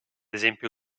esempio